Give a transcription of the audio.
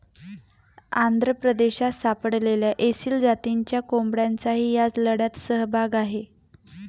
आंध्र प्रदेशात सापडलेल्या एसील जातीच्या कोंबड्यांचाही या लढ्यात सहभाग आहे